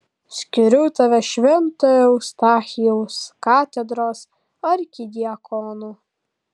skiriu tave švento eustachijaus katedros arkidiakonu